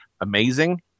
amazing